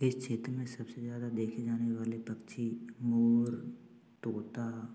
इस क्षेत्र में सबसे ज्यादा देखे जाने वाले पक्षी मोर तोता